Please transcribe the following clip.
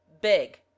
Big